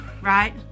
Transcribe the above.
right